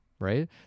right